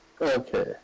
Okay